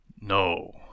No